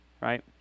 right